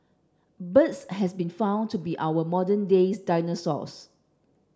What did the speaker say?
birds has been found to be our modern days dinosaurs